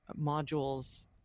modules